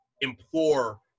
implore